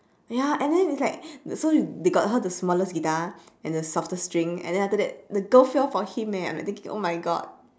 ya and then it's like so we got how the smallest guitar and the softest string and then after that the girl fell for him eh I'm like thinking oh my god